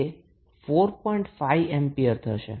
5 ampere થશે